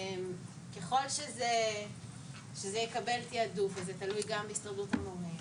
ככל שזה יקבל תיעדוף זה תלוי גם בהסתדרות המורים,